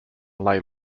lay